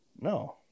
No